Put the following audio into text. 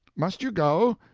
must you go?